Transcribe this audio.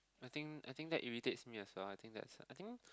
I think I think that irritates me as well I think that's I think